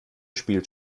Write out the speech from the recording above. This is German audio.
spielt